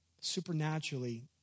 supernaturally